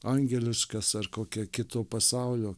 angeliškas ar kokio kito pasaulio